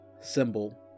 symbol